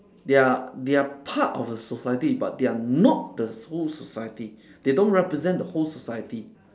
they are they are part of a society but they are not the whole society they don't represent the whole society